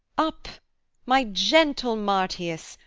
up my gentle marcius,